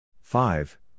five